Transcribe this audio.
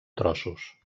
trossos